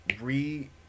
re